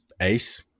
ace